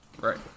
Right